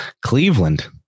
Cleveland